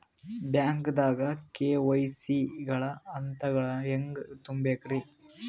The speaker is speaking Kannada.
ಬ್ಯಾಂಕ್ದಾಗ ಕೆ.ವೈ.ಸಿ ಗ ಹಂತಗಳನ್ನ ಹೆಂಗ್ ತುಂಬೇಕ್ರಿ?